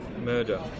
Murder